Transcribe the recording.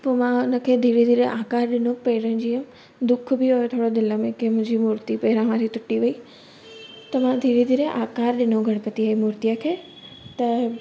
पोइ मां हुनखे धीरे धीरे आकार ॾिनो पहिरियों जीअं दुख बि हुयो थोरो दिलि में की मुंहिंजी मूर्ती पहिरां वारी टुटी वई त मां धीरे धीरे आकार ॾिनो गणपतिअ जी मूर्तीअ खे त